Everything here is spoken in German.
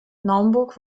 naumburg